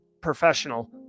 professional